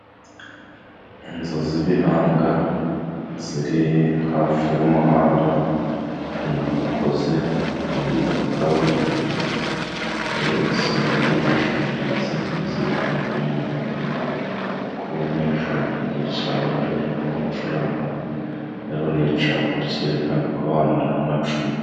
Inzu z'ibihanga ziri hafi y'umuhanda, umwe ukoze undi wa kaburimbo, hariho insinga z'amashanyarazi zibaha umuriro wo kubonesha mu gihe cya nijoro no gucuranga, hariho n'icyapa cyerekanako hano hariho amacumbi.